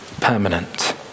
permanent